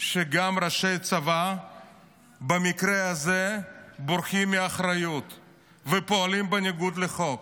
שגם ראשי הצבא במקרה הזה בורחים מאחריות ופועלים בניגוד לחוק.